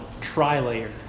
tri-layer